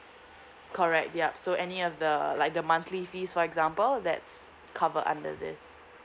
correct yup so any of the like the monthly fees for example that's cover under this